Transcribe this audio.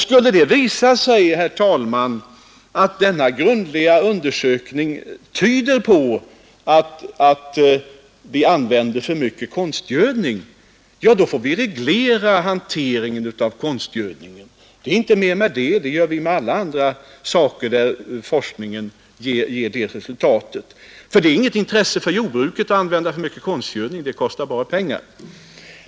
Skulle det visa sig, herr talman, att denna grundliga undersökning tyder på att det används för mycket konstgödning, så far vi reglera den hanteringen. Det är inte mer med det. Så gör vi med alla andra saker när forskningen konstaterar att det föreligger behov av begränsning. Det är inget intresse för jordbruket att använda för mycket konstgödning. Det kostar bara pengar.